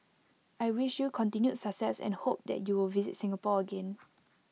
I wish you continued success and hope that you will visit Singapore again